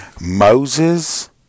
Moses